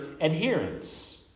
adherence